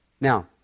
Now